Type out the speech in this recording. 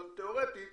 אבל תיאורטית